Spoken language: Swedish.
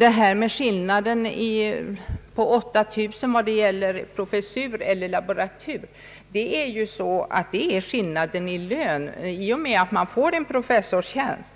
Vad beträffar skillnaden på 38000 kronor mellan professur och laboratur är det skillnaden i lön som avses. I och med att man får en professorstjänst